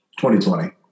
2020